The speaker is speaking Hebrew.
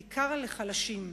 בעיקר לחלשים.